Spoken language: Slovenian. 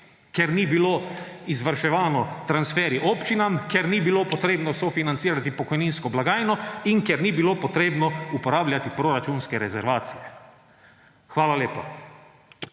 ker niso bili izvrševani transferji občinam, ker ni bilo treba sofinancirati pokojninske blagajne in ker ni bilotreba uporabljati proračunske rezervacije. Hvala lepa.